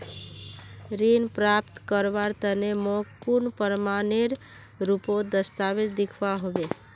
ऋण प्राप्त करवार तने मोक कुन प्रमाणएर रुपोत दस्तावेज दिखवा होबे?